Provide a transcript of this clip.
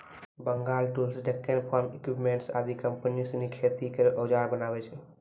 Bengal tools, Deccan farm equipments आदि company सिनी खेती केरो औजार बनावै छै